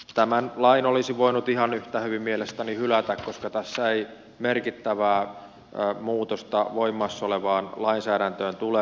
tämän lain olisi voinut ihan yhtä hyvin mielestäni hylätä koska tässä ei merkittävää muutosta voimassa olevaan lainsäädäntöön tule